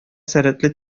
сәләтле